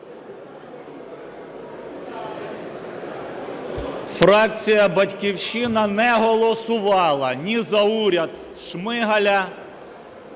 Фракція "Батьківщина" не голосувала ні за уряд Шмигаля, ні за уряд Гончарука.